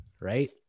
Right